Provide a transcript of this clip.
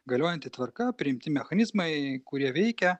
galiojanti tvarka priimti mechanizmai kurie veikia